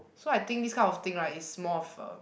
so I think this kind of thing right is more of a